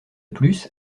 plus